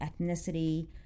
ethnicity